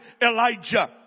Elijah